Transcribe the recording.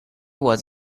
was